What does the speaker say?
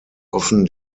offen